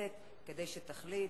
הכנסת כדי שתחליט,